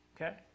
Okay